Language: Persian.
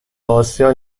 آسیا